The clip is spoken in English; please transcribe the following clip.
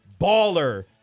baller